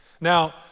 Now